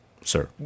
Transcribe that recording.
Sir